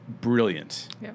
brilliant